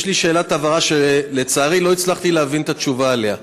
יש לי שאלת הבהרה שלצערי לא הצלחתי להבין את התשובה עליה,